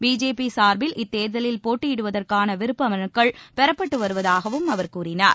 BJP சார்பில் இத்தேர்தலில் போட்டியிடுவதற்கான விருப்ப மனுக்கள் பெறப்பட்டு வருவதாகவும் அவர் கூறினார்